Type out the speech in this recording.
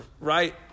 right